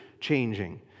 changing